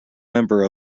member